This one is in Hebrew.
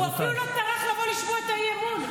מי שבחר לצאת, אגב, היו.